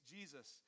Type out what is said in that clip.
Jesus